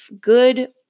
good